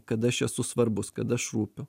kad aš esu svarbus kad aš rūpiu